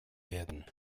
werden